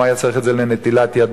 הוא היה צריך את זה לנטילת ידיים,